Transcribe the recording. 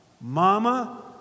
mama